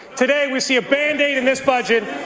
today we see a ban date in this budget,